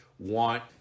want